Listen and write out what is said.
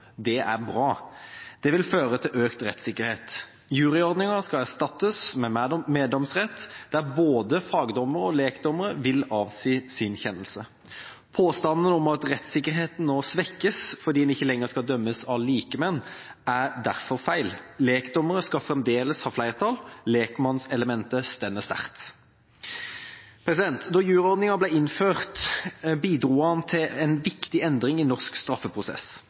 Det er bra. Det vil føre til økt rettssikkerhet. Juryordninga skal erstattes med meddomsrett, der både fagdommere og lekdommere vil avsi sin kjennelse. Påstanden om at rettssikkerheten nå svekkes fordi man ikke lenger skal dømmes av likemenn, er derfor feil. Lekdommere skal fremdeles ha flertall. Lekmannselementet står sterkt. Da juryordninga ble innført, bidro den til en viktig endring i norsk straffeprosess.